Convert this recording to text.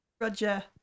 Roger